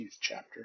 chapter